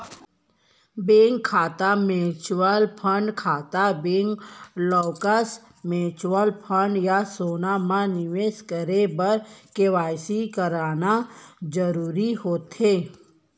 bank खाता, mutual fund खाता, bank lockers, mutual fund या सोना म निवेस करे बर के.वाई.सी कराना जरूरी होथे